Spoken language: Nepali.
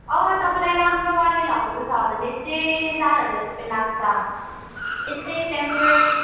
अँ तपाईँलाई राम्रोवाले लगाउनु छ भने चाहिँ चार हजार रुपियाँ लाग्छ यस्तै टेम्पोररी